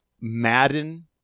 Madden